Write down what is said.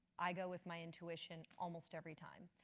i go with my intuition almost every time.